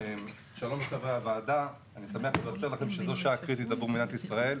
שלום לחברי הוועדה אני שמח לבשר לכם שזו שעה קריטית עבור מדינת ישראל,